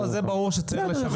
זה ברור שצריך לשווק יותר.